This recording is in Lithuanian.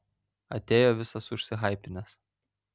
atėjo visas užsihaipinęs